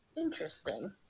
Interesting